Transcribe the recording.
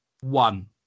One